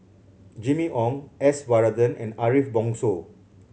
Jimmy Ong S Varathan and Ariff Bongso